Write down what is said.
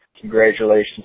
Congratulations